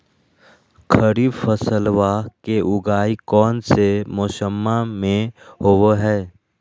खरीफ फसलवा के उगाई कौन से मौसमा मे होवय है?